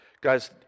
Guys